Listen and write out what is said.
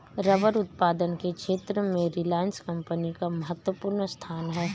rubber उत्पादन के क्षेत्र में रिलायंस कम्पनी का महत्त्वपूर्ण स्थान है